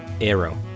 Arrow